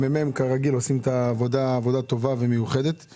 הממ"מ, כרגיל, עושים עבודה טובה ומיוחדת.